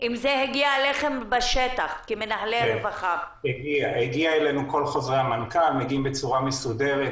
המנכ"ל מגיעים בצורה מסודרת,